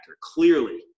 Clearly